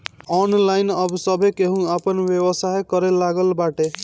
online अब सभे केहू आपन व्यवसाय करे लागल बाटे